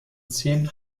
zählen